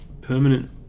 permanent